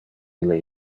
ille